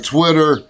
Twitter